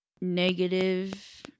negative